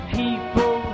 people